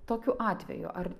tokiu atveju ar